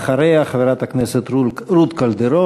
אחריה, חברת הכנסת רות קלדרון,